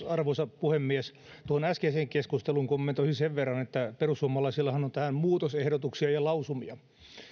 arvoisa puhemies tuohon äskeiseen keskusteluun kommentoisin sen verran että perussuomalaisillahan on tähän muutosehdotuksia ja lausumia